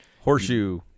Horseshoe